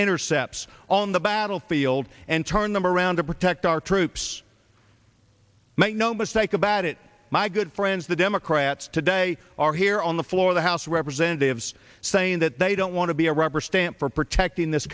intercepts on the battlefield and turn them around to protect our troops make no mistake about it my good friends the democrats today are here on the floor of the house of representatives saying that they don't want to be a rubber stamp for protecting this